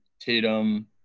Tatum